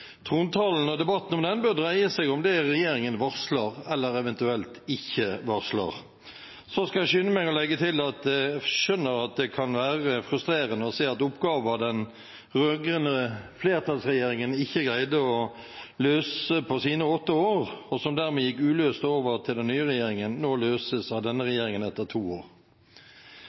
Trontalen og debatten om den bør dreie seg om det regjeringen varsler, eller eventuelt ikke varsler. Så skal jeg skynde meg å legge til at jeg skjønner at det kan være frustrerende å se at oppgaver den rød-grønne flertallsregjeringen ikke greide å løse på sine åtte år, og som dermed gikk uløste over til den nye regjeringen, nå løses av denne